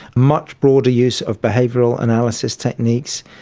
much broader use of behavioural analysis techniques,